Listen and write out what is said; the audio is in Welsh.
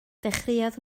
dechreuodd